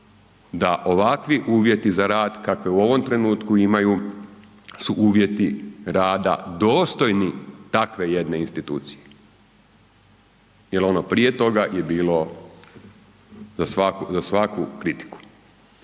da ovakvi uvjeti za rad kakve u ovom trenutku imaju su uvjeti rada dostojni takve jedne institucije jer ono prije toga je bilo za svaku kritiku.